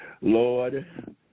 Lord